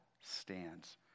stands